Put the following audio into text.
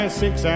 six